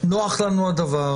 נוח לנו הדבר,